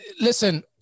listen